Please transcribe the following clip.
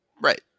Right